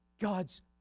God's